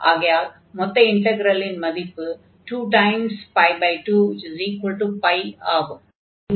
ஆகையால் மொத்த இன்டக்ரலின் மதிப்பு 2 π ஆகும்